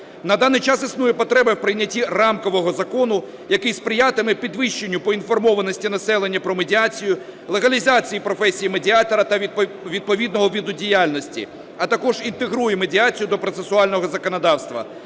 На даний час існує потреба у прийнятті рамкового закону, який сприятиме підвищенню поінформованості населення про медіацію, легалізації професії медіатора та відповідного роду діяльності, а також інтегрує медіацію до процесуального законодавства.